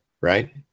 right